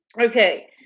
Okay